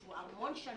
שהוא נמצא בה המון שנים,